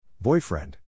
Boyfriend